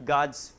God's